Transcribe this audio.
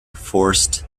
forced